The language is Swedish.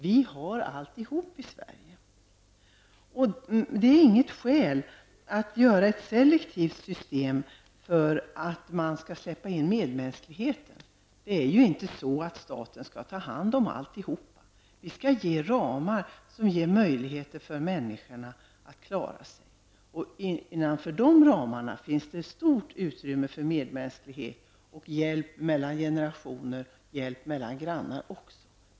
Vi har alltihop i Sverige. Att man skall släppa in medmänskligheten är inget skäl till att göra ett selektivt system. Staten skall inte ta hand om alltihop. Vi skall ge ramar som ger möjligheter för människorna att klara sig. Innanför de ramarna finns ett stort utrymme för medmänsklighet, för hjälp mellan generationer och mellan grannar.